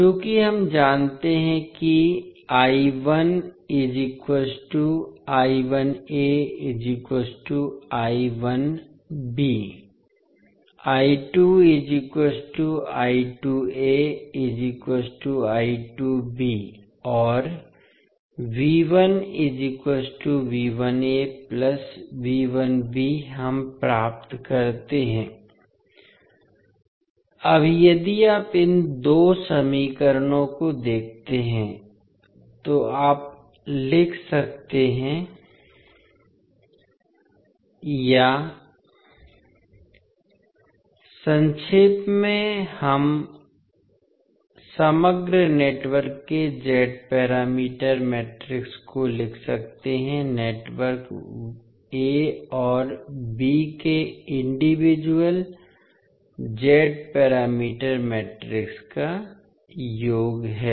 चूँकि हम जानते हैं कि और हम प्राप्त करते हैं अब यदि आप इन 2 समीकरणों को देखते हैं जो आप लिख सकते हैं or संक्षेप में हम समग्र नेटवर्क के z पैरामीटर मैट्रिक्स को लिख सकते हैं नेटवर्क a और b के इंडिविजुअल z पैरामीटर मैट्रिक्स का योग है